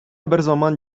берзаман